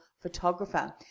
photographer